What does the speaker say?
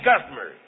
customers